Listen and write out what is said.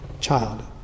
child